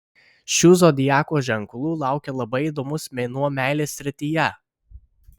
šių zodiako ženklų laukia labai įdomus mėnuo meilės srityje